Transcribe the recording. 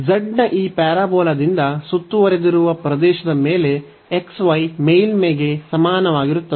Z ನ ಈ ಪ್ಯಾರಾಬೋಲಾದಿಂದ ಸುತ್ತುವರೆದಿರುವ ಪ್ರದೇಶದ ಮೇಲೆ xy ಮೇಲ್ಮೈಗೆ ಸಮಾನವಾಗಿರುತ್ತದೆ